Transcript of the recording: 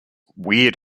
weird